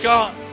God